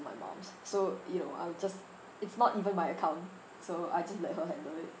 my mum's so you know I''ll just it's not even my account so I just let her handle it